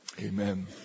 amen